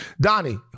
Donnie